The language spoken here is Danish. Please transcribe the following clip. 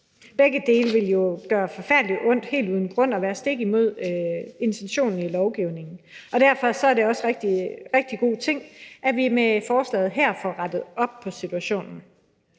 Begge dele ville jo gøre forfærdelig ondt helt uden grund og være stik imod intentionen i lovgivningen. Derfor er det også en rigtig god ting, at vi med forslaget her får rettet op på situationen.